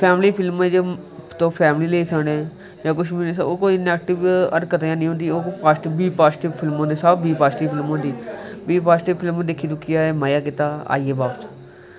family film च तुस family लेई सकने ओह् कोई नैगटिव हरकत नन होंदियां न पाज़िटिव सब पाजिटिव फिल्म होंदी बी पाजिटिव फिल्म दिक्खी दुक्खियै मज़ा कीता आइये बापस